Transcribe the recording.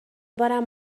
بارم